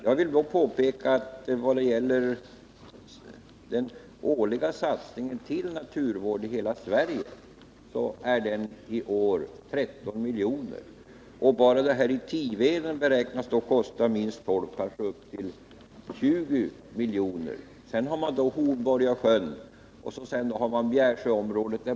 Jag vill då påpeka att den årliga satsningen på naturvård i hela Sverige i år uppgår till 13 milj.kr. Bara Tiveden beräknas kosta kanske upp till 20 milj.kr. Sedan har man Hornborgasjön och Bjärsjöområdet.